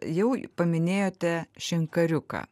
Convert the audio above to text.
jau paminėjote šinkariuką